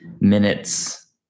minutes